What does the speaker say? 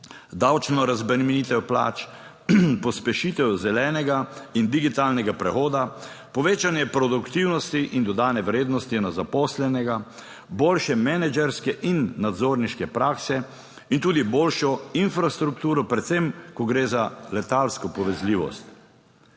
davčno razbremenitev plač, pospešitev zelenega in digitalnega prehoda, povečanje produktivnosti in dodane vrednosti na zaposlenega, boljše menedžerske in nadzorniške prakse in tudi boljšo infrastrukturo, predvsem ko gre za letalsko povezljivost.